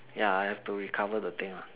ya I have to recover the thing